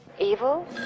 Evil